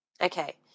Okay